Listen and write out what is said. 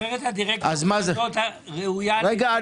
נבחרת הדירקטורים ראויה ל --- רגע,